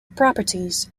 properties